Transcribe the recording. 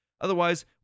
Otherwise